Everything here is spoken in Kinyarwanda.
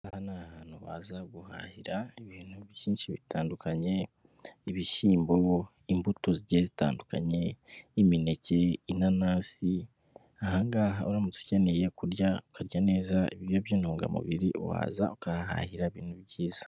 Aha ngaha ni ahantu baza guhahira ibintu byinshi bitandukanye, nk'ibishyimbo, imbuto zigiye zitandukanye, nk'imineke, inanasi, aha ngaha uramutse ukeneye kurya, ukarya neza ibiryo by'intungamubiri, waza ukahahira ibintu byiza.